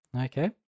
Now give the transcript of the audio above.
Okay